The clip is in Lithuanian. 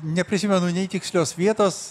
neprisimenu nei tikslios vietos